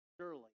surely